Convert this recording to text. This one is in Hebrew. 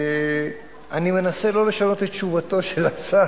אני מנסה לא לשנות את תשובת השר,